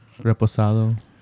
reposado